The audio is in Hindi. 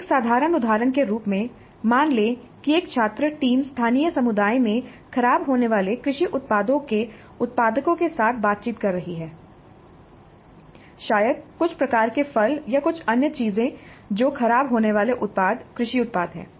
एक साधारण उदाहरण के रूप में मान लें कि एक छात्र टीम स्थानीय समुदाय में खराब होने वाले कृषि उत्पादों के उत्पादकों के साथ बातचीत कर रही है शायद कुछ प्रकार के फल या कुछ अन्य चीजें जो खराब होने वाले उत्पाद कृषि उत्पाद हैं